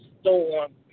Storm